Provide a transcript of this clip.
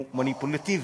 הוא מניפולטיבי.